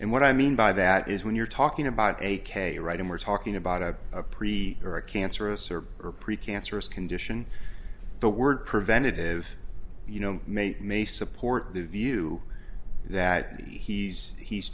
and what i mean by that is when you're talking about a k right and we're talking about a pre or a cancerous or precancerous condition the word preventative you know mate may support the view that he's he's